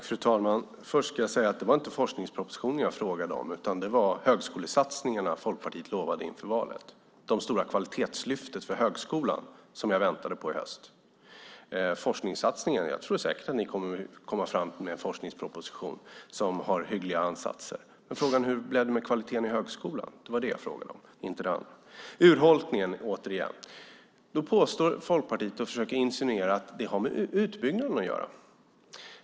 Fru talman! Först ska jag säga att det inte var forskningspropositionen jag frågade om, utan det var de högskolesatsningar som Folkpartiet lovade inför valet, det stora kvalitetslyftet för högskolan, som jag väntade på i höst. Jag tror säkert att ni kommer att komma fram med en forskningsproposition som har hyggliga ansatser. Men frågan är: Hur blev det med kvaliteten i högskolan? Det var det jag frågade om, inte det andra. Urholkningen togs upp igen. Folkpartiet påstår och försöker insinuera att det har med utbyggnaden att göra.